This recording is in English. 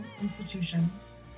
institutions